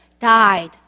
died